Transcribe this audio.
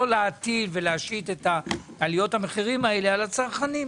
לא להטיל ולהשתית את עליות המחירים האלה על הצרכנים.